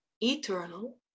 eternal